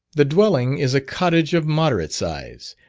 the dwelling is a cottage of moderate size,